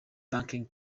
banking